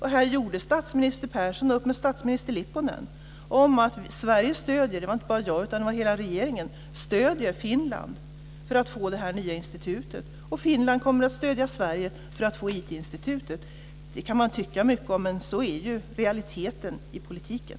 Här gjorde statsminister Persson upp med statsminister Lipponen om att Sverige - inte bara jag, utan hela regeringen - stöder Finland för att få det nya institutet, och Finland kommer att stödja Sverige för att få IT-institutet. Det kan man tycka mycket om, men så är realiteten i politiken.